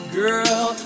girl